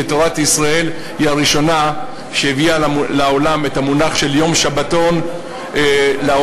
ותורת ישראל היא הראשונה שהביאה לעולם את המונח של יום שבתון לעובד,